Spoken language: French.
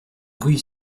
rue